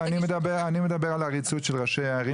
אני מדבר על עריצות של ראשי ערים,